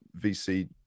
VC